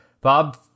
Bob